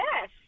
Yes